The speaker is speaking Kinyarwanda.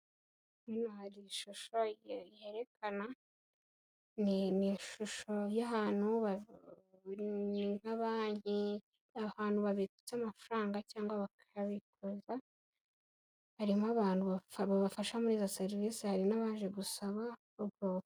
Hano hari ishusho yerekana, ni ishusho y'ahantu, ni nka banki abantu babitse amafaranga cyangwa bakayabikuza, harimo abantu babafasha muri izo serivise hari n'abaje gusaba.